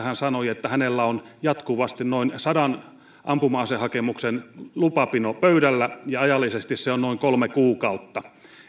ja hän sanoi että hänellä on jatkuvasti noin sadan ampuma aselupahakemuksen pino pöydällä ja ajallisesti se on noin kolme kuukautta